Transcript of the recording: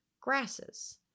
grasses